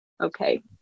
Okay